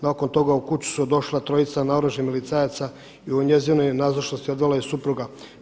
Nakon toga u kuću su došla trojica naoružanih milicajaca i u njezinoj je nazočnosti odvela supruga.